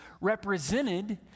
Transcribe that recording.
represented